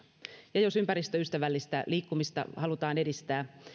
ja jos ympäristöystävällistä liikkumista halutaan edistää